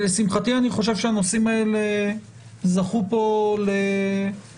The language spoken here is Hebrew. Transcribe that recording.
לשמחתי אני חושב שהנושאים האלה זכו פה להסכמה.